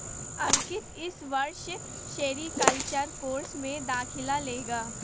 अंकित इस वर्ष sericulture course में दाखिला लेगा